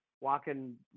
walking